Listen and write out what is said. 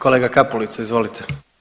Kolega Kapulica, izvolite.